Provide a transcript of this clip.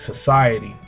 society